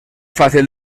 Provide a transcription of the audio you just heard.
fácil